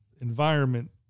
environment